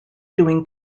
doing